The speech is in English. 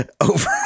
Over